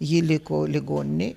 ji liko ligoninėj